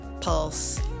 pulse